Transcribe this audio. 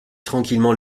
tranquillement